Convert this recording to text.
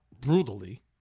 brutally